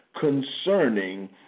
concerning